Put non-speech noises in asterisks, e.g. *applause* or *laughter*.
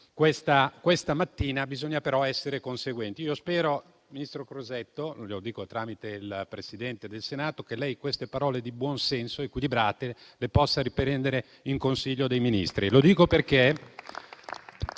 questa mattina - bisogna però essere conseguenti. Spero, ministro Crosetto - glielo dico per il tramite del Presidente del Senato -, che lei queste parole di buonsenso ed equilibrate le possa riprendere in Consiglio dei ministri. *applause*